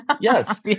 yes